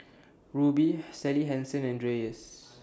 Rubi Sally Hansen and Dreyers